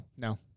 No